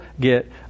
get